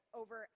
over